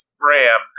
ram